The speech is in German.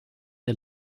der